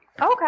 Okay